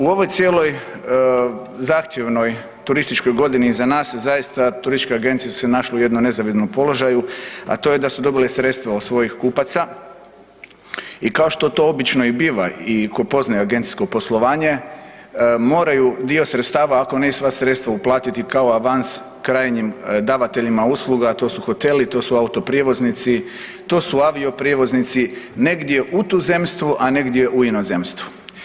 U ovoj cijeloj zahtjevnoj turističkoj godini iza nas, zaista turističke agencije su se našle u jednom nezavidnom položaju, a to je da su dobile sredstva od svojih kupaca i kao što to obično i biva i tko poznaje agencijsko poslovanje moraju dio sredstava ako ne i sva sredstva uplatiti kao avans krajnjim davateljima usluga, a to su hoteli, to su autoprijevoznici, to su avioprijevoznici negdje u tuzemstvu, a negdje u inozemstvu.